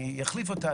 יחליף אותה,